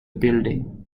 building